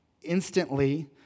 Instantly